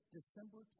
December